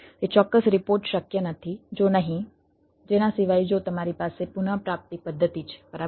તે ચોક્કસ રિપોર્ટ શક્ય નથી જો નહીં જેના સિવાય જો તમારી પાસે પુનઃપ્રાપ્તિ પદ્ધતિ છે બરાબર